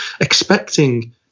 expecting